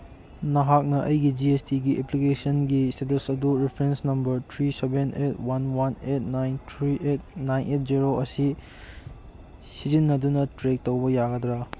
ꯅꯍꯥꯛꯅ ꯑꯩꯒꯤ G S ꯇꯤꯒꯤ ꯑꯦꯄ꯭ꯂꯤꯀꯦꯁꯟꯒꯤ ꯏꯁꯇꯦꯇꯁ ꯑꯗꯨ reference number three seven eight one one eight nine three eight nine eight zero ꯑꯁꯤ ꯁꯤꯖꯤꯟꯅꯗꯨꯅ ꯇ꯭ꯔꯦꯛ ꯇꯧꯕ ꯌꯥꯒꯗ꯭ꯔ